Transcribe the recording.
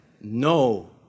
no